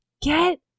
get